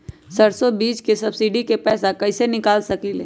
सरसों बीज के सब्सिडी के पैसा कईसे निकाल सकीले?